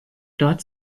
dort